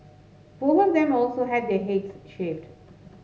both of them also had their heads shaved